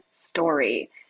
story